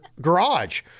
garage